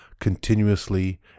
continuously